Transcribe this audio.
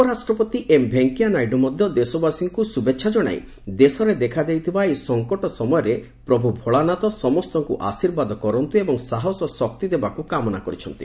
ଉପରାଷ୍ଟ୍ରପତି ଏମ୍ ଭେଙ୍କିୟାନାଇଡୁ ମଧ୍ୟ ଦେଶବାସୀଙ୍କୁ ଶୁଭେଚ୍ଛା ଜଣାଇ ଦେଶରେ ଦେଖାଦେଇଥିବା ଏହି ସଂକଟ ସମୟରେ ପ୍ରଭୁ ଭୋଳାନାଥ ସମସ୍ତଙ୍କୁ ଆଶୀର୍ବାଦ କରନ୍ତୁ ଏବଂ ସାହସ ଓ ଶକ୍ତି ଦେବାକୁ କାମନା କରିଛନ୍ତି